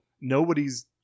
nobody's